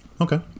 Okay